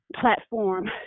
platform